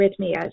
arrhythmias